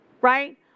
Right